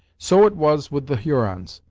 so it was with the hurons.